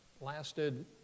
lasted